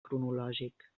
cronològic